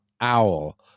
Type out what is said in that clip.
owl